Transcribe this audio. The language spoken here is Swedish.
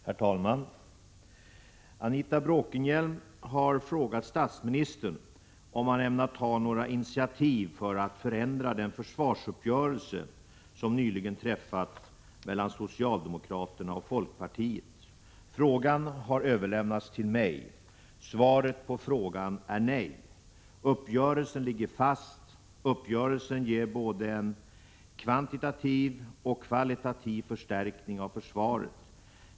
Herr talman! Anita Bråkenhielm har frågat statsministern om han ämnar ta några initiativ för att förändra den försvarsuppgörelse som nyligen träffats mellan socialdemokraterna och folkpartiet. Frågan har överlämnats till mig. Svaret på frågan är nej. Uppgörelsen ligger fast. Uppgörelsen ger både en kvantitativ och en 53 kvalitativ förstärkning av försvaret.